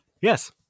Yes